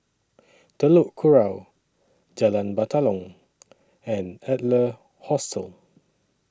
Telok Kurau Jalan Batalong and Adler Hostel